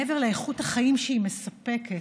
מעבר לאיכות החיים שהיא מספקת,